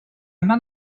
met